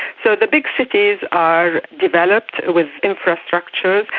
so the big cities are developed with infrastructure,